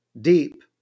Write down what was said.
deep